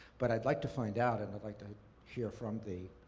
but, i'd like to find out and i'd like to hear from the